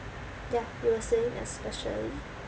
ya you were saying especially